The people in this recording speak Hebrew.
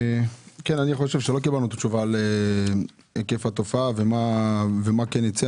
אני חושב שלא קיבלנו תשובה להיקף התופעה ומה כן ייצא.